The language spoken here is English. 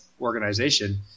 organization